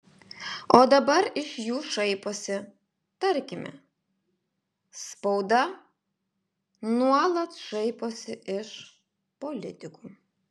o dabar iš jų šaiposi tarkime spauda nuolat šaiposi iš politikų